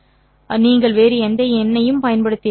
ஆனால் நீங்கள் வேறு எந்த எண்ணையும் பயன்படுத்தியிருக்கலாம்